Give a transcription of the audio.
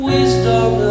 Wisdom